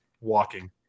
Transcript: walking